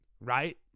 right